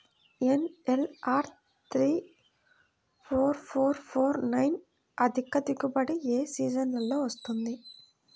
NLR three four four four nine అధిక దిగుబడి ఏ సీజన్లలో వస్తుంది?